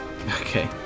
Okay